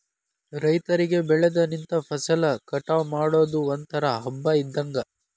ರೈತರಿಗೆ ಬೆಳದ ನಿಂತ ಫಸಲ ಕಟಾವ ಮಾಡುದು ಒಂತರಾ ಹಬ್ಬಾ ಇದ್ದಂಗ